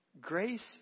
Grace